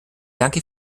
danke